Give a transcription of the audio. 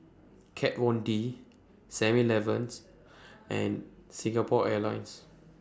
Kat Von D Seven Eleven and Singapore Airlines